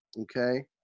Okay